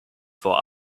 vor